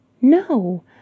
No